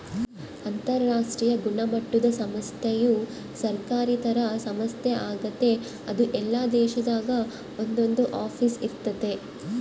ಅಂತರಾಷ್ಟ್ರೀಯ ಗುಣಮಟ್ಟುದ ಸಂಸ್ಥೆಯು ಸರ್ಕಾರೇತರ ಸಂಸ್ಥೆ ಆಗೆತೆ ಅದು ಎಲ್ಲಾ ದೇಶದಾಗ ಒಂದೊಂದು ಆಫೀಸ್ ಇರ್ತತೆ